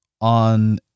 on